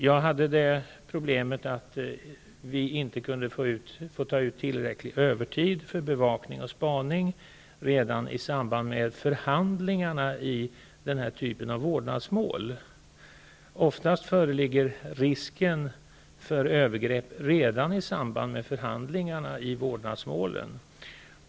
Jag har haft det problemet att vi inte har fått ta ut tillräcklig övertid för bevakning och spaning redan i samband med förhandlingarna i denna typ av vårdnadsmål. Oftast föreligger risken för övergrepp redan i samband med förhandlingarna i vårdnadsmålen.